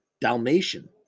Dalmatian